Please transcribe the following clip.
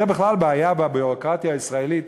זה בכלל בעיה בביורוקרטיה הישראלית,